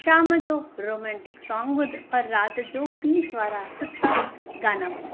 शाम जो romantic song ॿुध और राति जो पीस वारा सुठा गाना ॿुध